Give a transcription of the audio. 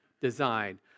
design